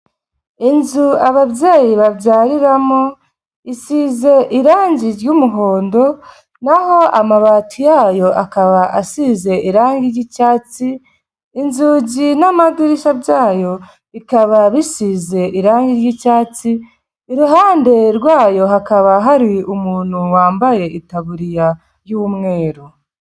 Inzu ababyeyi babyariramo isize irangi ry'umuhondo, naho amabati yayo akaba asize irangi ry'icyatsi, inzugi n'amadirishya byayo bikaba bisize irangi ry'icyatsi, iruhande rwayo hakaba hari umuntu wambaye itaburiya y'umweru.